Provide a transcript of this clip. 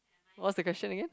what's the question again